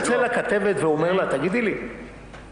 (סוף סרטון).